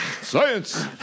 Science